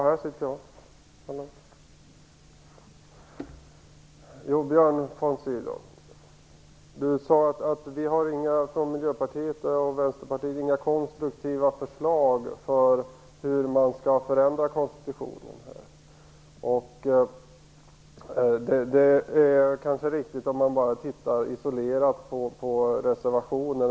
Herr talman! Björn von Sydow sade att Miljöpartiet och Vänsterpartiet inte har några konstruktiva förslag till hur man skall förändra konstitutionen här. Det är kanske riktigt om man bara tittar isolerat på reservationen.